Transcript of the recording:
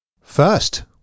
First